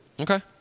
Okay